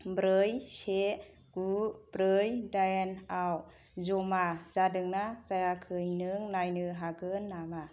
ब्रै से गु ब्रै दाइनआव जमा जादोंना जायाखै नों नायनो हागोन नामा